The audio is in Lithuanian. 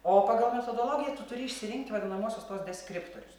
o pagal metodologiją tu turi išsirinkti vadinamuosius tuos deskriptorius